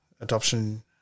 Adoption